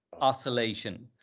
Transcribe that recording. oscillation